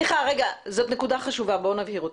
זו נקודה חשובה, בוא נבהיר אותה.